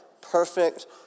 perfect